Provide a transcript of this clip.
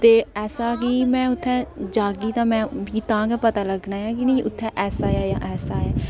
ते ऐसा के मैं उत्थै जाह्गी तां मि तां गै पता लग्गना ऐ की उत्थै ऐसा ऐ जां ऐसा ऐ